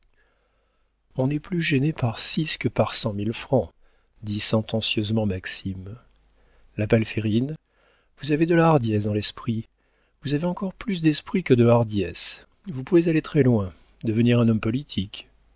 on est plus gêné par six que par cent mille francs dit sentencieusement maxime la palférine vous avez de la hardiesse dans l'esprit vous avez encore plus d'esprit que de hardiesse vous pouvez allez très loin devenir un homme politique